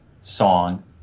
song